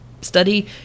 study